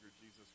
Jesus